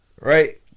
Right